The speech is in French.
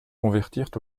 convertirent